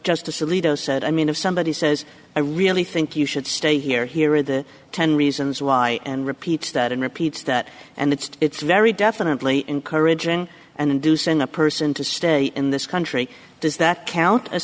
justice alito said i mean if somebody says i really think you should stay here here are the ten reasons why and repeat that and repeat that and it's very definitely encouraging and inducing a person to stay in this country does that count as